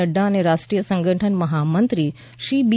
નફા અને રાષ્ટ્રીય સંગઠન મહામંત્રી શ્રી બી